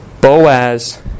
Boaz